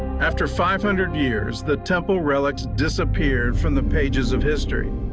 after five hundred years, the temple relics disappeared from the pages of history.